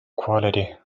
quality